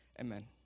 amen